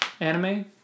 anime